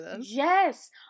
yes